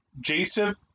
Jason